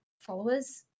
followers